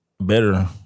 better